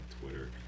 Twitter